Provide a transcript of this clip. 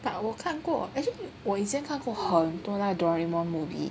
but 我看过 actually 我以前看过很多那 Doraemon movie